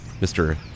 Mr